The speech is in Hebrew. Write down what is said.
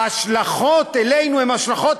ההשלכות עלינו הן השלכות,